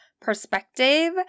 perspective